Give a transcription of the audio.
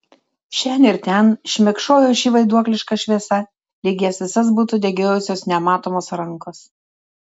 šen ir ten šmėkšojo ši vaiduokliška šviesa lyg jas visas būtų degiojusios nematomos rankos